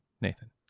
Nathan